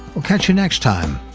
we'll catch you next time,